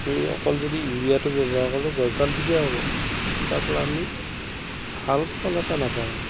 আমি সেই অকল যদি ইউৰিয়াটো ব্যৱহাৰ কৰোঁ গছডাল ঠিকে হ'ব কিন্তু তাৰ পৰা আমি ভাল ফল এটা নাপাওঁ